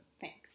Thanks